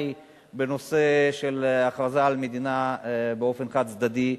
בנושא של הכרזה על מדינה באופן חד-צדדי,